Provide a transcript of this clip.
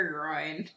Groin